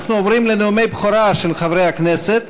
אנחנו עוברים לנאומי בכורה של חברי הכנסת.